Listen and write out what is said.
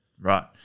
right